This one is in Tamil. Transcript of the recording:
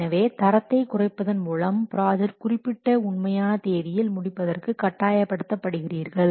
எனவே தரத்தை குறைப்பதன் மூலம் ப்ராஜெக்ட் குறிப்பிட்ட உண்மையான தேதியில் முடிப்பதற்கு கட்டாயப்படுத்தப்படுகிறீர்கள்